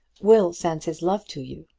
will sends his love to you.